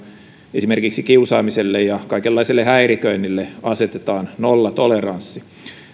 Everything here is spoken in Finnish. esimerkiksi kiusaamiselle ja kaikenlaiselle häiriköinnille asetetaan nollatoleranssi